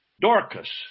Dorcas